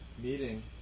meeting